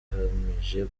agamije